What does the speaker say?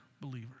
believers